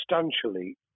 substantially